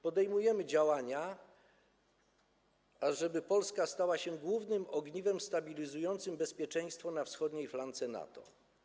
Podejmujemy działania, ażeby Polska stała się głównym ogniwem stabilizującym bezpieczeństwo na wschodniej flance NATO.